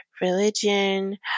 religion